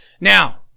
Now-